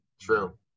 true